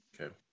Okay